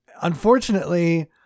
unfortunately